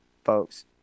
Folks